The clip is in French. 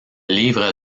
livre